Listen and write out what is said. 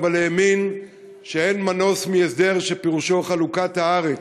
אבל האמין שאין מנוס מהסדר שפירושו חלוקת הארץ.